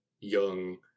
young